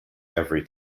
every